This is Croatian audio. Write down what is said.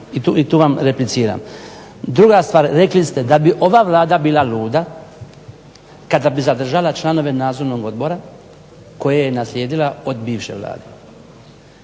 i tu vam repliciram. Druga stvar, rekli ste da bi ova Vlada bila luda kada bi zadržala članove nadzornog odbora koje je naslijedila od bivše Vlade.